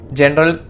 General